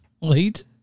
Late